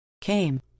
came